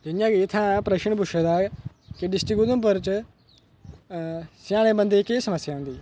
जि'यां की इ'त्थें प्रश्न पुच्छे दा ऐ की डिस्ट्रिक्ट उधमपुर च सेआनै बंदे दी केह् समस्या होंदी